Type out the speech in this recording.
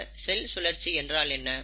ஆக செல் சுழற்சி என்றால் என்ன